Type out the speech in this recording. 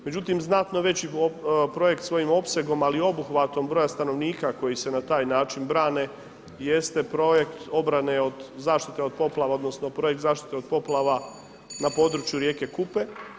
Međutim znatno veći projekt svojim opsegom ali i obuhvatom broja stanovnika koji se na taj način brane jeste projekt obrane od zaštite od poplava, odnosno projekt zaštite od poplava na području rijeke Kupe.